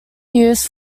use